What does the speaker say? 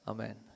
Amen